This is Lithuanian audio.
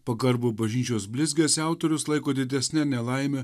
pagarbų bažnyčios blizgesį autorius laiko didesne nelaime